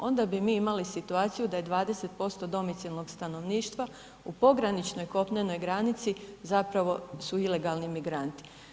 Onda bi mi imali situaciju da je 20% domicilnog stanovništva u pograničnoj kopnenoj granici zapravo su ilegalni migranti.